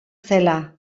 zela